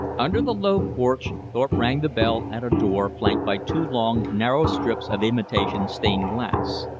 under the low porch thorpe rang the bell at a door flanked by two long, narrow strips of imitation stained glass.